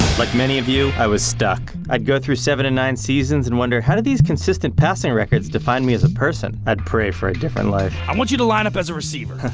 like many of you, i was stuck. i'd go through seven and nine seasons and wonder how do these consistent passing records define me as a person? i'd pray for a different life. i want you to line up as a receiver.